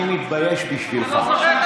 אני מתבייש בשבילך.